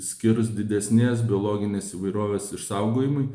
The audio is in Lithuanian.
skirs didesnės biologinės įvairovės išsaugojimui